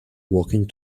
walking